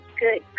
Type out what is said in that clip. Good